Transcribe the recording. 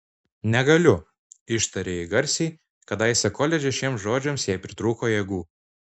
negaliu ištarė ji garsiai kadaise koledže šiems žodžiams jai pritrūko jėgų